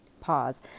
Pause